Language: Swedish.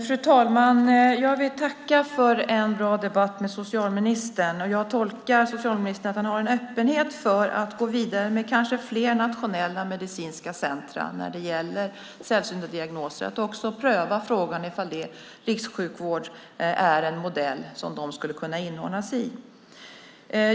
Fru talman! Jag vill tacka för en bra debatt med socialministern. Jag tolkar att socialministern är öppen för att gå vidare med fler nationella medicinska centrum när det gäller sällsynta diagnoser och att pröva frågan om rikssjukvård är en modell som de kan inordnas i.